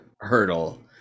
hurdle